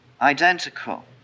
identical